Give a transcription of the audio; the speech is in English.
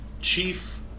chief